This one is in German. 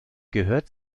gehört